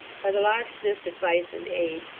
by the locksmith's advice and aid,